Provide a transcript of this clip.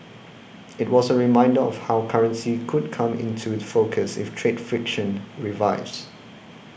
it was a reminder of how currency could come into focus if trade friction revives